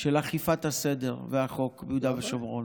של אכיפת הסדר והחוק ביהודה ושומרון.